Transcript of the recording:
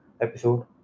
episode